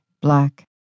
black